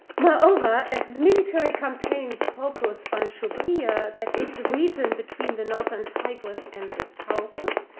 moreover, as the military campaigns focus on subria, that is the region between the northern tigris and the taurus,